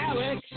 Alex